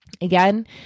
Again